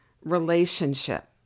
relationship